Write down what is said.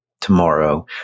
tomorrow